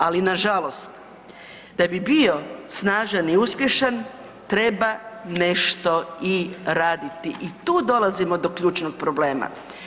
Ali nažalost da bi bio snažan i uspješan treba nešto i raditi i tu dolazimo do ključnog problema.